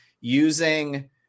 using